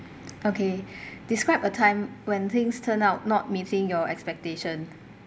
okay describe a time when things turn out not meeting your expectation